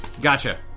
Gotcha